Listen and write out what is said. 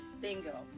Bingo